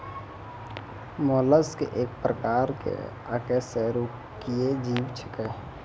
mollusc एक प्रकार के अकेशेरुकीय जीव छेकै